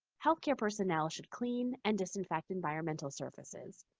healthcare personnel should clean and disinfectant environmental surfaces,